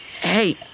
Hey